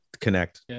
connect